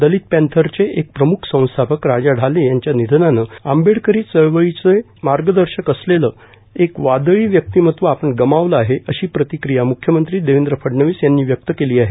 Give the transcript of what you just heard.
दलित पँथरचे एक प्रम्ख संस्थापक राजा ढाले यांच्या निधनाने आंबेडकरी चळवळीचे ज्येष्ठ मार्गदर्शक असलेले एक वादळी व्यक्तिमत्व आपण गमावले आहे अशी प्रतिक्रिया म्ख्यमंत्री देवेंद्र फडणवीस यांनी व्यक्त केली आहे